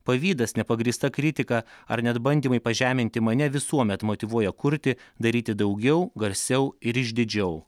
pavydas nepagrįsta kritika ar net bandymai pažeminti mane visuomet motyvuoja kurti daryti daugiau garsiau ir išdidžiau